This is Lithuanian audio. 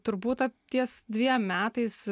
turbūt ties dviem metais